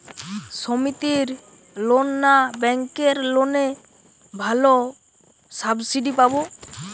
সমিতির লোন না ব্যাঙ্কের লোনে ভালো সাবসিডি পাব?